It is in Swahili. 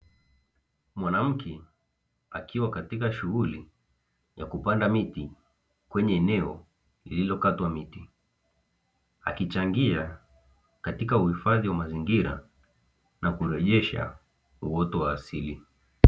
Mwanamke akiwa katika shughuli ya kupanda miti, kwenye eneo lililokatwa miti, akichangia katika uhifadhi wa mazingira na kurejesha uoto wa asili.